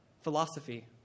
philosophy